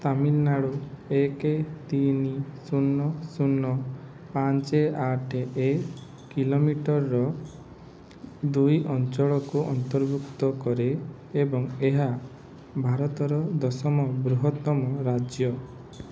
ତାମିଲନାଡ଼ୁ ଏକ ତିନି ଶୂନ ଶୂନ ପାଞ୍ଚ ଆଠ ଏ କିଲୋମିଟର ଦୁଇ ଅଞ୍ଚଳକୁ ଅନ୍ତର୍ଭୁକ୍ତ କରେ ଏବଂ ଏହା ଭାରତର ଦଶମ ବୃହତ୍ତମ ରାଜ୍ୟ